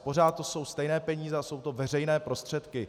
Pořád to jsou stejné peníze a jsou to veřejné prostředky.